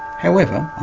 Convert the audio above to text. however,